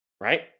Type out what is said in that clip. right